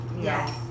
yes